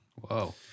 Whoa